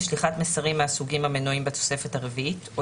לשליחת מסרים מהסוגים המנויים בתוספת הרביעית או